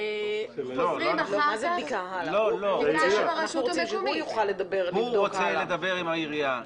הוא רוצה לדבר עם העירייה.